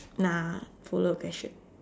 nah follow the question